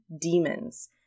demons